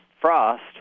frost